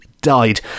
died